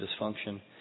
dysfunction